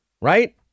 Right